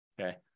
okay